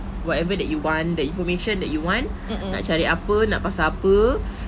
whatever that you want the information that you want nak cari apa nak pasal apa